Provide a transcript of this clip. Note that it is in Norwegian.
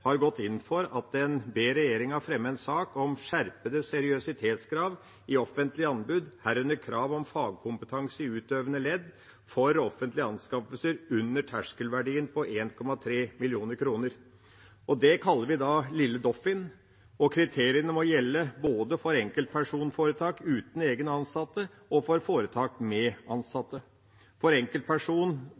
gått inn for å be regjeringa fremme en sak om skjerpede seriøsitetskrav i offentlige anbud, herunder krav om fagkompetanse i utøvende ledd for offentlige anskaffelser under terskelverdien på 1,3 mill. kr. Det kaller vi «Lille-Doffin». Kriteriene må gjelde for både enkeltpersonforetak uten egne ansatte og foretak med ansatte. For enkeltpersonforetak uten egne ansatte bør det eksempelvis være krav om fagbrev eller tilsvarende, og for foretak med